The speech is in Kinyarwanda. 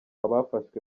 abafashwe